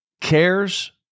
Cares